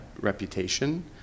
reputation